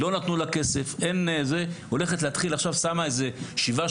לא נתנו לה כסף אז היא שמה 7,